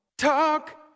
Talk